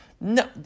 No